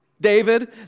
David